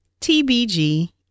TBG